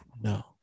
No